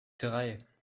drei